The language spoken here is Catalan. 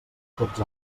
tots